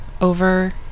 over